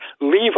Leave